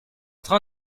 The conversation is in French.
train